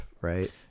right